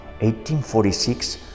1846